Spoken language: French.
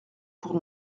pour